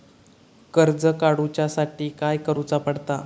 कर्ज काडूच्या साठी काय करुचा पडता?